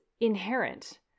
inherent